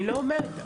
אני לא אומרת שלא.